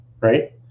right